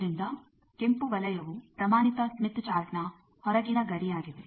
ಆದ್ದರಿಂದ ಕೆಂಪು ವಲಯವು ಪ್ರಮಾಣಿತ ಸ್ಮಿತ್ ಚಾರ್ಟ್ನ ಹೊರಗಿನ ಗಡಿಯಾಗಿದೆ